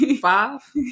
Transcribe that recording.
Five